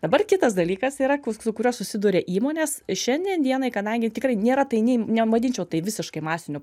dabar kitas dalykas yra kur su kuriuo susiduria įmonės šiandien dienai kadangi tikrai nėra tai nei nevadinčiau tai visiškai masiniu